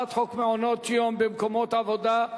הצעת חוק מעונות-יום במקומות עבודה,